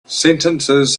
sentences